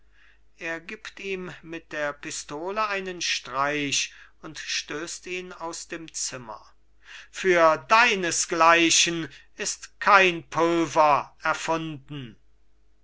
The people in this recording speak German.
er gibt ihm mit der pistole einen streich und stößt ihn aus dem zimmer für deines gleichen ist kein pulver erfunden